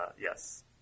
yes